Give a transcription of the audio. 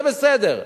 זה בסדר.